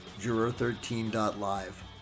juror13.live